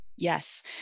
Yes